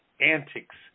antics